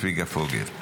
חבר הכנסת צביקה פוגל.